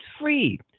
free